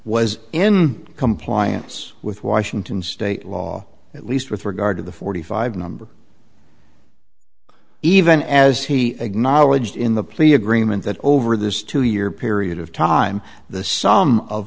was in compliance with washington state law at least with regard to the forty five number even as he acknowledged in the plea agreement that over this two year period of time the sum of